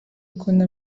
ukuntu